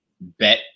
bet